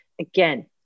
Again